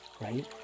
right